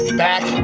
back